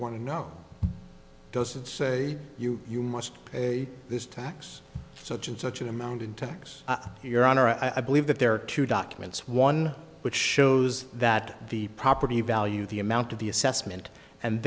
want to know does it say you you must pay this tax so just such an amount in tax your honor i believe that there are two documents one which shows that the property value the amount of the assessment and